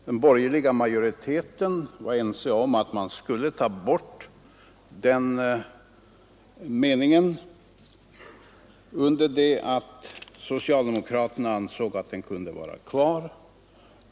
Den borgerliga majoriteten var ense om att man skulle ta bort den meningen, under det att socialdemokraterna ansåg att den kunde stå kvar.